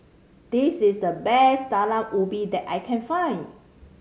this is the best Talam Ubi that I can find